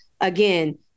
again